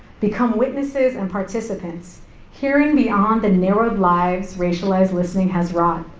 become witnesses and participants hearing beyond the narrow lives racialized listening has wrought,